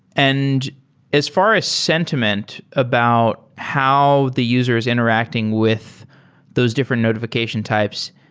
and as far as sentiment about how the user is interacting with those different notifi cation types,